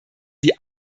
die